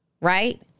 Right